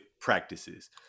practices